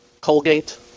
Colgate